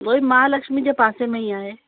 उहेई महालक्ष्मी जे पासे में ई आहे